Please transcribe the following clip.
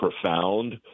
profound